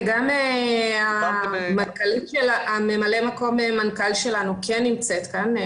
וגם ממלאת מקום מנכ"ל שלנו כן נמצאת כאן,